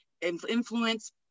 influence